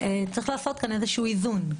צריך לעשות כאן איזשהו איזון,